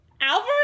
Albert